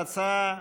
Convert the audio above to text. בקריאה שלישית: